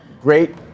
Great